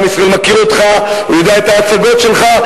עם ישראל מכיר אותך, הוא יודע את ההצגות שלך.